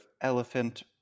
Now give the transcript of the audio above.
elephant